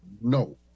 No